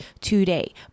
today